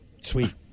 Sweet